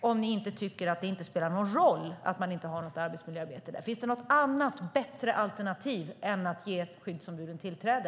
Om det inte är så att ni tycker att det inte spelar någon roll att man inte har något arbetsmiljöarbete där, finns det något annat bättre alternativ än att ge skyddsombuden tillträde?